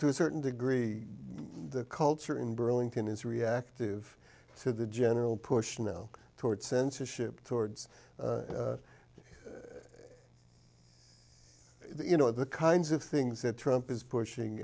to a certain degree the culture in burlington is reactive to the general push now towards censorship towards you know the kinds of things that trump is pushing